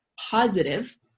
positive